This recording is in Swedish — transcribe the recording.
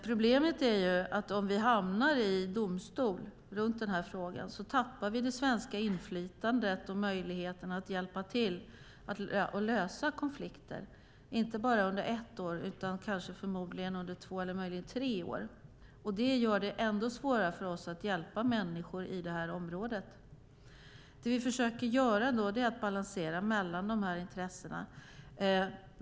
Problemet är att om vi hamnar i domstol när det gäller den här frågan tappar vi det svenska inflytandet och möjligheten att hjälpa till att lösa konflikter, och inte bara under ett år utan förmodligen under två eller möjligen tre år. Det gör det ännu svårare för oss att hjälpa människor i det här området. Nu försöker vi balansera mellan de här intressena.